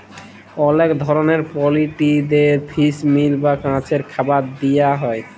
অলেক ধরলের পলটিরিদের ফিস মিল বা মাছের খাবার দিয়া হ্যয়